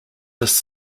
this